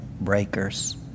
breakers